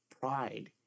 pride